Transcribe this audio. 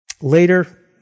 later